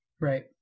Right